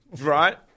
Right